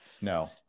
No